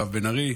מירב בן ארי,